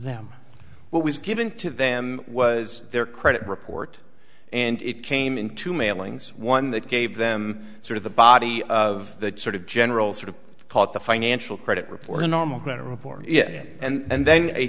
them what was given to them was their credit report and it came into mailings one that gave them sort of the body of that sort of general sort of thought the financial credit report a normal going to report and then a